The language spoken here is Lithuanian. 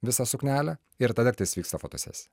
visą suknelę ir tada tiktais vyksta fotosesija